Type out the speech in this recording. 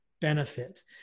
benefit